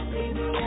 Baby